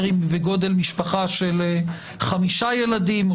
אם זה בגודל משפחה של חמישה ילדים או